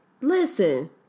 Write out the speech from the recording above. Listen